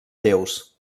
déus